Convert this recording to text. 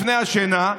לפני השינה,